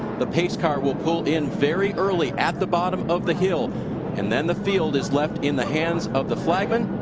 the pace car pulled in very early at the bottom of the hill and then the field is left in the hands of the flagman,